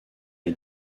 est